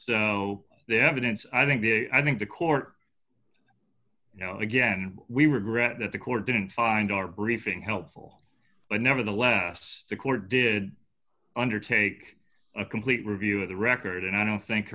so the evidence i think the i think the court you know again we regret that the court didn't find our briefing helpful but nevertheless the court did undertake a complete review of the record and i don't think